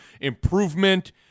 improvement